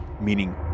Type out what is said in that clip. meaning